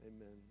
Amen